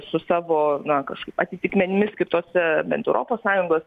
su savo na kažkaip atitikmenimis kitose bent europos sąjungos